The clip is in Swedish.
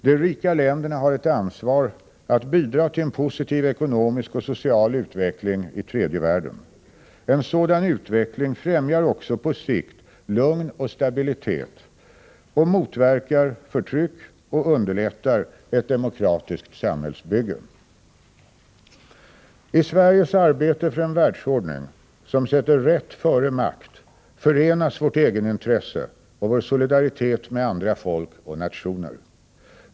De rika länderna har ett ansvar att bidra till en positiv ekonomisk och social utveckling i tredje världen. En sådan utveckling främjar också på sikt lugn och stabilitet, motverkar förtryck och underlättar ett demokratiskt samhällsbygge. I Sveriges arbete för en världsordning som sätter rätt före makt förenas vårt egenintresse och vår solidaritet med andra folk och nationer.